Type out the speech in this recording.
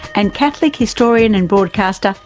and catholic historian and broadcaster,